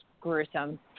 gruesome